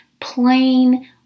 plain